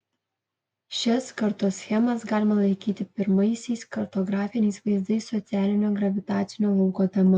šias kartoschemas galima laikyti pirmaisiais kartografiniais vaizdais socialinio gravitacinio lauko tema